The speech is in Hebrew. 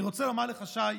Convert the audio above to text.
אני רוצה לומר לך, שי,